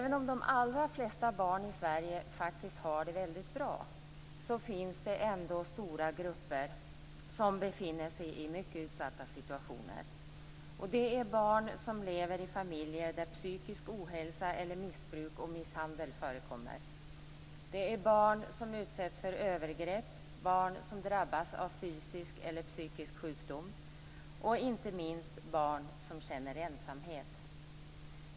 Även om de allra flesta barn i Sverige faktiskt har det mycket bra finns det ändå stora grupper av barn som befinner sig i utsatta situationer. Det är barn som lever i familjer där psykisk ohälsa eller missbruk och misshandel förekommer. Det är barn som utsätts för övergrepp, barn som drabbas av fysisk eller psykisk sjukdom och inte minst barn som känner ensamhet.